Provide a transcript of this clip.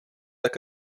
tak